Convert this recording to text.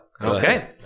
Okay